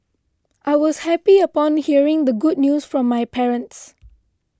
I was happy upon hearing the good news from my parents